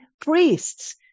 priests